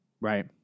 Right